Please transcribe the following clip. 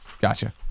gotcha